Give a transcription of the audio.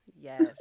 Yes